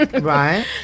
Right